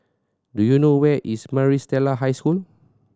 do you know where is Maris Stella High School